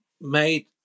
made